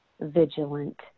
vigilant